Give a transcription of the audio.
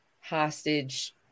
hostage